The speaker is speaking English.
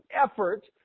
effort